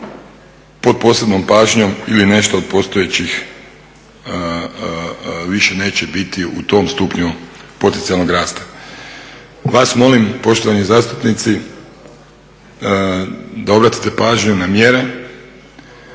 pod posebnom pažnjom ili nešto od postojećih, više neće biti u tom stupnju potencijalnog rasta. Vas molim poštovani zastupnici da obratite pažnju na mjere,